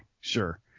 sure